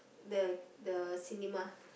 the the cinema